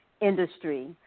industry